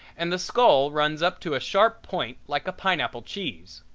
and the skull runs up to a sharp point like a pineapple cheese.